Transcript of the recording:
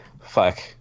fuck